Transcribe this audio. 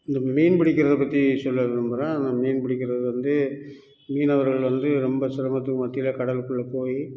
இந்த மீன் பிடிக்கறத பற்றி சொல்ல விரும்புகிறேன் ஆனால் மீன் பிடிக்குறது வந்து மீனவர்கள் வந்து ரொம்ப சிரமத்துக்கு மத்தியில் கடலுக்குள்ள போய்